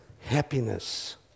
happiness